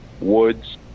Woods